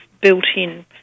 built-in